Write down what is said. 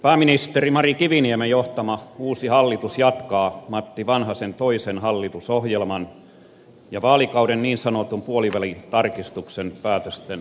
pääministeri mari kiviniemen johtama uusi hallitus jatkaa matti vanhasen toisen hallituksen hallitusohjelman ja vaalikauden niin sanotun puolivälitarkistuksen päätösten linjalla